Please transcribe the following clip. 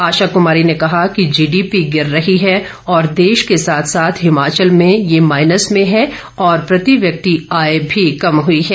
आशा कुमारी ने कहा कि जीडीपी गिर रही है और देश के साथ साथ हिमाचल में यह माइनस में है और प्रति व्यक्ति आय भी कम हई है